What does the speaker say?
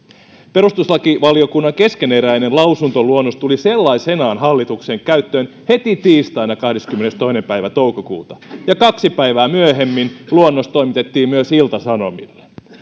perustuslakivaliokunnan keskeneräinen lausuntoluonnos tuli sellaisenaan hallituksen käyttöön heti tiistaina kahdeskymmenestoinen päivä toukokuuta ja kaksi päivää myöhemmin luonnos toimitettiin myös ilta sanomille